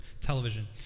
television